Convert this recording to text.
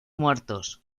muertos